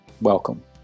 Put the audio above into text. Welcome